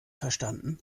verstanden